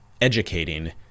educating